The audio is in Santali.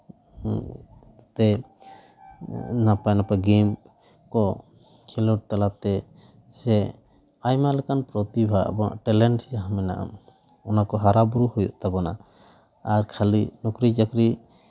ᱛᱮ ᱱᱟᱯᱟᱭ ᱱᱟᱯᱟᱭ ᱜᱮᱢ ᱠᱚ ᱠᱷᱮᱞᱳᱰ ᱛᱟᱞᱟᱛᱮ ᱥᱮ ᱟᱭᱢᱟ ᱞᱮᱠᱟᱱ ᱯᱨᱚᱛᱤᱵᱷᱟ ᱟᱵᱚᱣᱟᱜ ᱴᱮᱞᱮᱱᱴ ᱡᱟᱦᱟᱸ ᱢᱮᱱᱟᱜᱼᱟ ᱚᱱᱟ ᱠᱚ ᱦᱟᱨᱟᱼᱵᱩᱨᱩ ᱦᱩᱭᱩᱜ ᱛᱟᱵᱚᱱᱟ ᱟᱨ ᱠᱷᱟᱹᱞᱤ ᱱᱩᱠᱨᱤ ᱪᱟᱹᱠᱨᱤ